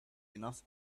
enough